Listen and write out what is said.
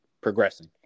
progressing